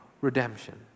redemption